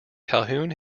calhoun